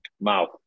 Mouth